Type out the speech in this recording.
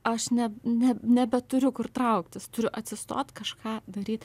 aš ne ne nebeturiu kur trauktis turiu atsistot kažką daryt